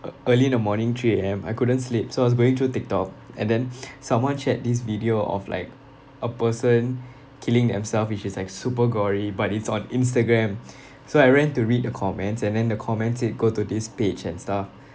ea~ early in the morning three A_M I couldn't sleep so I was going through TikTok and then someone shared this video of like a person killing themselves which is like super gory but it's on Instagram so I went to read the comments and then the comments said go to this page and stuff